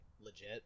legit